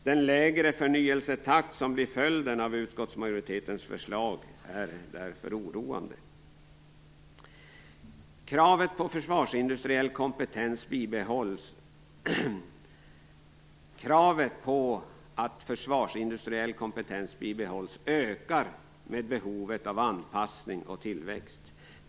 Den lägre förnyelsetakt som blir följden av utskottsmajoritetens förslag är därför oroande. Kravet på att försvarsindustriell kompetens bibehålls ökar med behovet av anpassning och tillväxt.